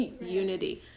unity